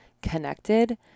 connected